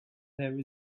there